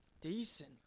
Decent